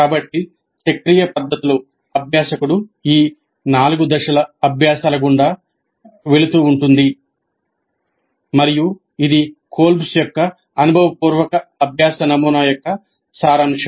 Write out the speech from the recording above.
కాబట్టి చక్రీయ పద్ధతిలో అభ్యాసకుడు ఈ 4 దశల అభ్యాసాల గుండా వెళుతుంది మరియు ఇది కోల్బ్ యొక్క అనుభవపూర్వక అభ్యాస నమూనా యొక్క సారాంశం